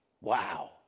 wow